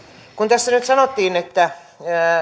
kun tässä nyt sanottiin